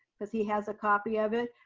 because he has a copy of it,